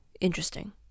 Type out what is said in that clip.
Interesting